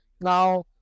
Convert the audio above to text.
Now